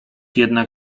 jednak